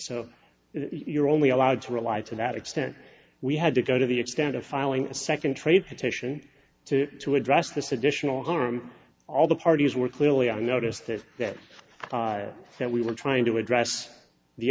so you're only allowed to rely to that extent we had to go to the extent of filing a second trade petition to to address this additional harm all the parties were clearly on notice that that that we were trying to address the